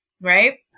right